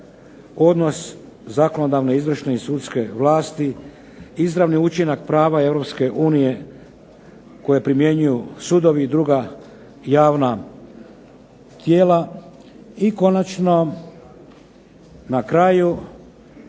odnos zakonodavne, izvršne i sudske vlastit, izravni učinak prava Europske unije koje primjenjuju sudovi i druga javna tijela. I na kraju